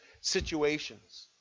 situations